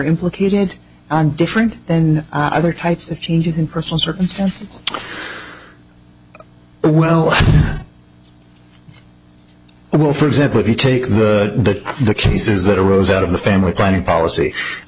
implicated in different and i think types of changes in personal circumstances well well for example if you take the the cases that arose out of the family planning policy i